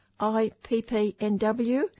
IPPNW